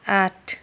आठ